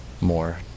more